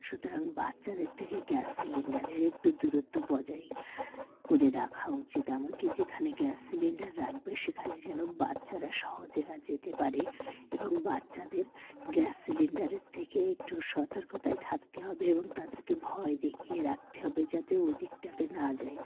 সুতরাং বাচ্চাদের থেকে গ্যাস সিলিন্ডারের একটু দূরত্ব বজায় করে রাখা উচিত এমন কি যেখানে গ্যাস সিলিন্ডার রাখবে সেখানে যেন বাচ্চারা সহজে না যেতে পারে এবং বাচ্চাদের গ্যাস সিলিন্ডারের থেকে একটু সতর্কতায় থাকতে হবে এবং তাদেরকে ভয় দেখিয়ে রাখতে হবে যাতে ওই দিকটাতে না যায়